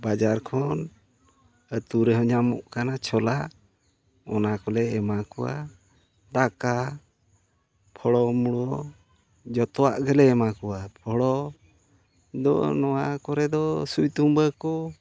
ᱵᱟᱡᱟᱨ ᱠᱷᱚᱱ ᱟᱹᱛᱩ ᱨᱮᱦᱚᱸ ᱧᱟᱢᱚᱜ ᱠᱟᱱᱟ ᱪᱷᱳᱞᱟ ᱚᱱᱟ ᱠᱚᱞᱮ ᱮᱢᱟ ᱠᱚᱣᱟ ᱫᱟᱠᱟ ᱦᱩᱲᱩ ᱢᱩᱲᱩ ᱡᱚᱛᱚᱣᱟᱜ ᱜᱮᱞᱮ ᱮᱢᱟ ᱠᱚᱣᱟ ᱦᱳᱲᱳ ᱫᱚ ᱱᱚᱣᱟ ᱠᱚᱨᱮ ᱫᱚ ᱥᱩᱭ ᱛᱩᱢᱵᱟᱹ ᱠᱚ